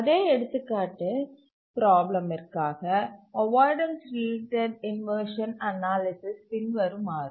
அதே எடுத்துக்காட்டு ப்ராப்ளமிற்கான அவாய்டன்ஸ் ரிலேட்டட் இன்வர்ஷன் அனாலிசிஸ் பின்வருமாறு